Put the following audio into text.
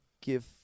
give